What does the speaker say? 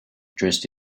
dressed